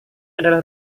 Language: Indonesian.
adalah